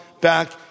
back